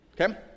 Okay